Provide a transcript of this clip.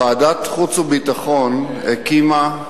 ועדת חוץ וביטחון הקימה,